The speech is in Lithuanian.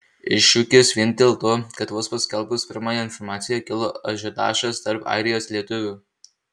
iššūkis vien dėl to kad vos paskelbus pirmąją informaciją kilo ažiotažas tarp airijos lietuvių